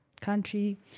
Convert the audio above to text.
country